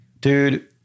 Dude